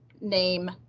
name